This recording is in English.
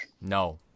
no